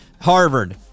Harvard